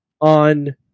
on